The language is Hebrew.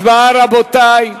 הצבעה, רבותי.